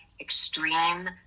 extreme